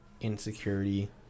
insecurity